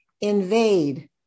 invade